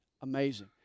Amazing